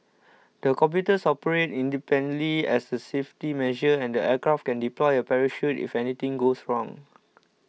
the computers operate independently as the safety measure and the aircraft can deploy a parachute if anything goes wrong